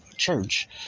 Church